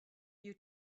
you